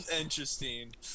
interesting